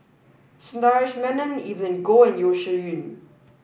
Sundaresh Menon Evelyn Goh and Yeo Shih Yun